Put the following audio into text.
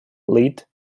led